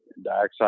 dioxide